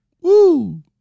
Woo